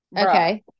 Okay